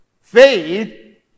Faith